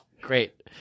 Great